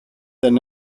δεν